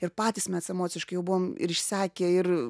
ir patys mes emociškai jau buvom ir išsekę ir